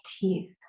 teeth